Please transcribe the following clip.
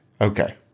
Okay